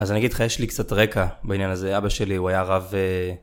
אז אני אגיד לך, יש לי קצת רקע בעניין הזה, אבא שלי הוא היה רב...